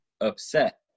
upset